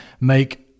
make